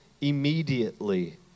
immediately